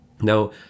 Now